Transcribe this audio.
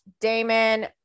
Damon